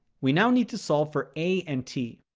we now need to solve for a and t.